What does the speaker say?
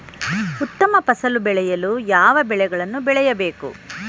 ಉತ್ತಮ ಫಸಲು ಪಡೆಯಲು ಯಾವ ಬೆಳೆಗಳನ್ನು ಬೆಳೆಯಬೇಕು?